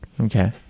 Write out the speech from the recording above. Okay